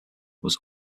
was